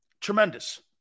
tremendous